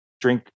drink